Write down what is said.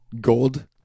Gold